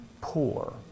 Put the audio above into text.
poor